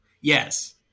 Yes